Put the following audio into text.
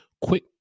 quick